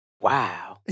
wow